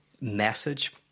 message